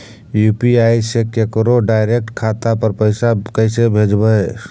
UPI से केकरो direct खाता पर पैसा कैसे भेजबै?